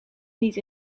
niet